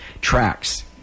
tracks